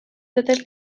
totes